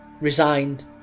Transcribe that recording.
resigned